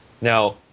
Now